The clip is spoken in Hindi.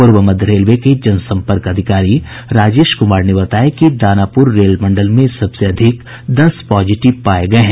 पूर्व मध्य रेल के जनसम्पर्क अधिकारी राजेश कुमार ने बताया कि दानापुर रेल मंडल में सबसे अधिक दस पॉजिटिव पाये गये हैं